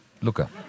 Luca